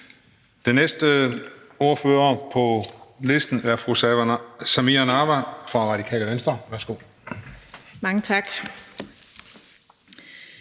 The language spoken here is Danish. Den næste ordfører på listen er fru Samira Nawa fra Radikale Venstre. Værsgo. Kl.